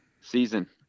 Season